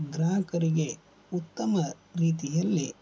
ಗ್ರಾಹಕರಿಗೆ ಉತ್ತಮ ರೀತಿಯಲ್ಲಿ